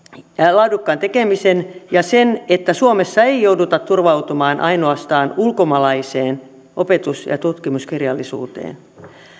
laadukkaan tekemisen ja sen että suomessa ei jouduta turvautumaan ainoastaan ulkomaalaiseen opetus ja tutkimuskirjallisuuteen